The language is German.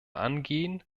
angehen